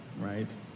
right